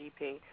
GP